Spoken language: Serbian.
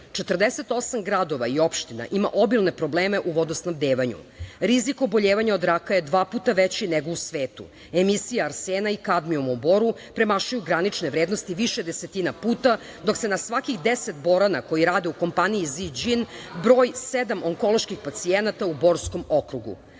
48 gradova i opština ima obilne probleme u vodosnabdevanju. Rizik oboljevanja od raka je dva puta veći nego u svetu. Emisija arsena i kadmijuma u Boru premašuje granične vrednosti više desetina puta, dok se na svakih deset Borana koji rade u kompaniji „Ziđin“ broji sedam onkoloških pacijenata u Borskom okrugu.